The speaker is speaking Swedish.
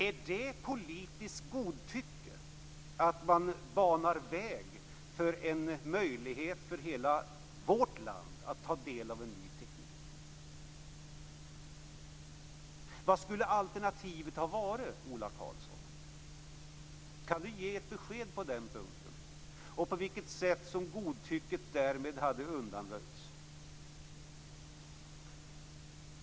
Är det politiskt godtycke att man banar väg för en möjlighet för hela vårt land att ta del av ny teknik? Vad skulle alternativet ha varit, Ola Karlsson? Kan Ola Karlsson ge ett besked på den punkten? På vilket sätt hade godtycket därmed undanröjts?